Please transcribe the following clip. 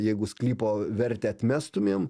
jeigu sklypo vertę atmestumėm